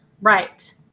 Right